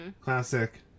Classic